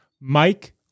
Mike